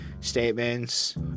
statements